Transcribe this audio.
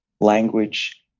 language